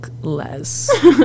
less